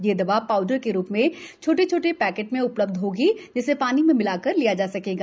यह दवा पाउडर के रूप में छोटे छोटे पैकेट में उपलब्ध होगी जिसे पानी में मिलाकर लिया जा सकेगा